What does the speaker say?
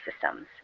systems